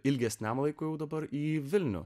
ilgesniam laikui o dabar į vilnių